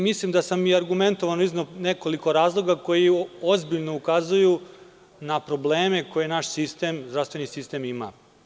Mislim da sam i argumentovano izneo nekoliko razloga koji ozbiljno ukazuju na probleme koje naš zdravstveni sistem ima.